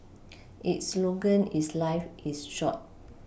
its slogan is life is short